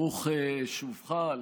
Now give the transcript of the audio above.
ברוך שובך.